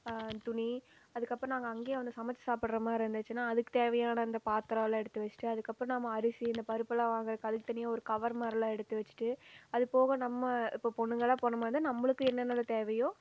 துணி அதுக்கப்புறம் நாங்கள் அங்கயே வந்து சமைச்சி சாப்பிடுற மாதிரி இருந்துச்சுன்னா அதுக்கு தேவையான அந்த பாத்தரம் எல்லாம் எடுத்து வச்சிட்டு அதுக்கப்பறம் நம்ம அரிசி இந்த பருப்புலாம் வாங்கிறக்கு அதுக்கு தனியாக ஒரு கவர் மாதிரிலாம் எடுத்து வைச்சிட்டு அது போக நம்ம இப்போ பொண்ணுங்களாக போகிற மாதிரினா நம்மளுக்கு என்னன்ன தேவையோ